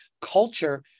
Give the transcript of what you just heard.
culture